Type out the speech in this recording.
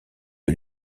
sur